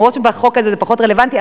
למרות שבחוק הזה זה פחות רלוונטי,